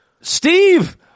Steve